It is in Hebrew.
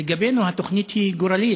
לגבינו התוכנית היא גורלית,